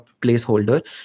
placeholder